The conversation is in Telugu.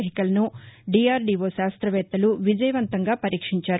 వెహికల్ ను దీఆర్దీవో శాస్తవేత్తలు విజయవంతంగా పరీక్షించారు